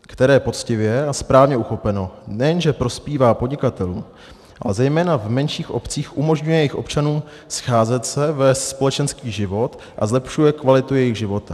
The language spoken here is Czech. které, poctivě a správně uchopeno, nejenže prospívá podnikatelům, ale zejména v menších obcích umožňuje jejich občanům scházet se, vést společenský život a zlepšuje kvalitu jejich života.